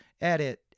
edit